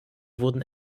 wurden